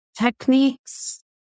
techniques